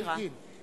רבותי חברי הכנסת,